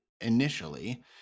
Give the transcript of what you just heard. initially